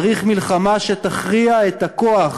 צריך מלחמה שתכריע את הכוח